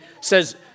says